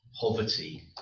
poverty